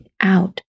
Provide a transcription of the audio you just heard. out